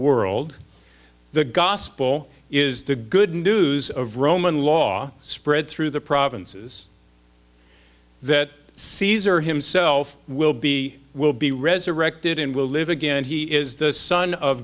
world the gospel is the good news of roman law spread through the provinces that caesar himself will be will be resurrected and will live again he is the son of